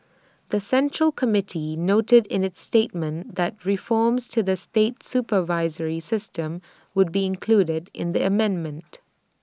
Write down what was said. the central committee noted in its statement that reforms to the state supervisory system would be included in the amendment